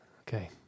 Okay